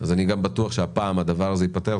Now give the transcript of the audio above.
אז אני בטוח שגם הפעם הדבר הזה ייפתר.